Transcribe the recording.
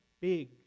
big